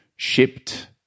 shipped